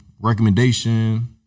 recommendation